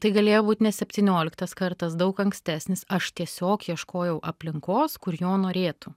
tai galėjo būt ne septynioliktas kartas daug ankstesnis aš tiesiog ieškojau aplinkos kur jo norėtų